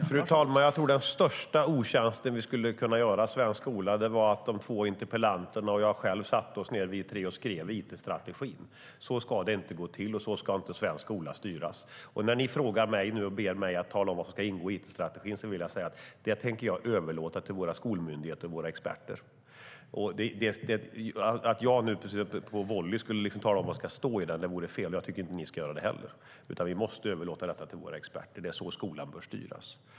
Fru talman! Jag tror att den största otjänst vi skulle kunna göra svensk skola vore att de två interpellanterna och jag själv satte oss ned, vi tre, och skrev it-strategin. Så ska det inte gå till, och så ska inte svensk skola styras. När ni nu ber mig att tala om vad som ska ingå i it-strategin vill jag säga att jag tänker överlåta det till våra skolmyndigheter och våra experter. Att jag nu liksom på volley skulle tala om vad som ska stå i den vore fel, och jag tycker inte att ni ska göra det heller. Vi måste i stället överlåta detta till våra experter. Det är så skolan bör styras.